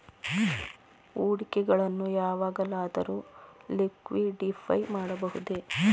ಹೂಡಿಕೆಗಳನ್ನು ಯಾವಾಗಲಾದರೂ ಲಿಕ್ವಿಡಿಫೈ ಮಾಡಬಹುದೇ?